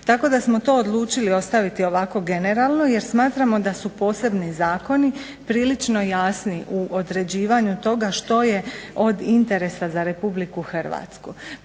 tako da smo to odlučili ostaviti ovako generalno jer smatramo da su posebni zakoni prilično jasni u određivanju toga što je od interesa za Republiku Hrvatsku.